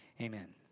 amen